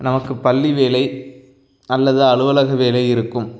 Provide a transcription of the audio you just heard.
நமக்குப் பள்ளி வேலை அல்லது அலுவலக வேலை இருக்கும்